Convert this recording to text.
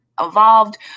evolved